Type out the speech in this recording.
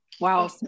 Wow